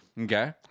Okay